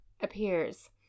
appears